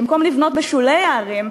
במקום לבנות בשולי הערים,